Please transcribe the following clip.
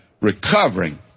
recovering